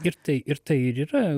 ir tai ir tai ir yra